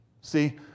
See